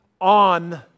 on